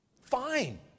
Fine